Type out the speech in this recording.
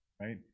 right